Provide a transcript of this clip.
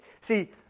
See